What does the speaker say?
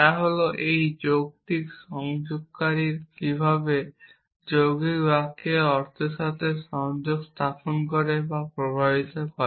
তা হল এই যৌক্তিক সংযোগকারীগুলি কীভাবে যৌগিক বাক্যের অর্থের সাথে সংযোগ স্থাপন করে বা প্রভাবিত করে